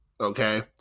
okay